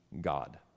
God